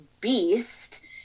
beast